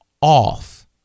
off